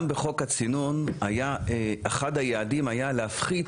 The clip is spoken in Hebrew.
גם בחוק הצינון אחד היעדים היה להפחית